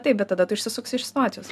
taip bet tada tu išsisuksi iš situacijos